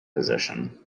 position